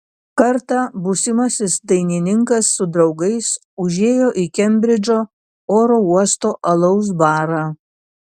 kartą būsimasis dainininkas su draugais užėjo į kembridžo oro uosto alaus barą